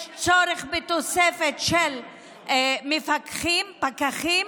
יש צורך בתוספת של מפקחים, פקחים,